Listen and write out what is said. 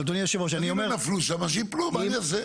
אם הם נפלו שם, שייפלו, מה אני אעשה?